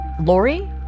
Lori